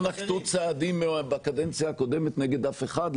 לא נקטו צעדים בקדנציה הקודמת נגד אף אחד,